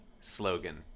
slogan